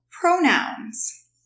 pronouns